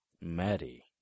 Maddie